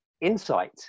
insight